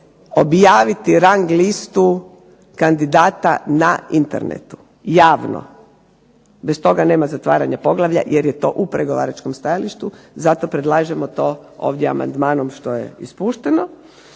objaviti rang listu kandidata na internetu, javno. Bez toga nema zatvaranja poglavlja jer je to u pregovaračkom stajalištu, zato predlažemo to ovdje amandmanom što je ispušteno.